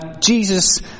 Jesus